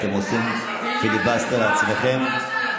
אתם עושים פיליבסטר לעצמכם.